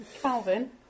Calvin